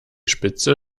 spitze